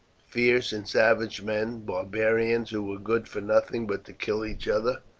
fierce and savage men, barbarians who were good for nothing but to kill each other,